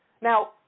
Now